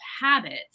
habits